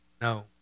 No